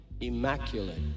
immaculate